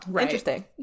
Interesting